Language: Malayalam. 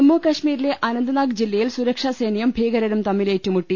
ജമ്മുകശ്മീരിലെ അനന്ത്നാഗ് ജില്ലയിൽ സുരക്ഷാസേനയും ഭീക രരും തമ്മിൽ ഏറ്റുമുട്ടി